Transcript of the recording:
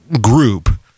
group